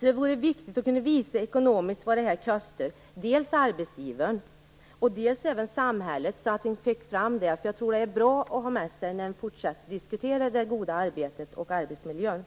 Det är angeläget att kunna visa vad detta kostar, dels för arbetsgivaren, dels för samhället. Det är bra att ha dessa uppgifter med sig vid fortsatta diskussioner om det goda arbetet och arbetsmiljön.